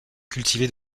cultivées